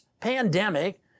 pandemic